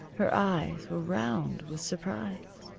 her eyes were round with surprise.